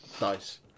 Nice